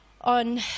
on